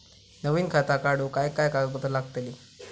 नवीन खाता काढूक काय काय कागदपत्रा लागतली?